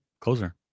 Closer